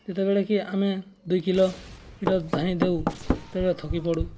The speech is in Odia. ଯେତେବେଳେ କି ଆମେ ଦୁଇ କିଲୋ ମିଟର ଧାଇଁ ଦେଉ ସେତେବେଳେ ଥକି ପଡ଼ୁ